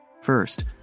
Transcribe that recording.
First